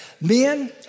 Men